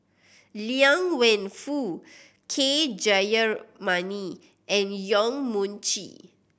Liang Wenfu K Jayamani and Yong Mun Chee